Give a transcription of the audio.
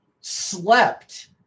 slept